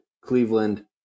Cleveland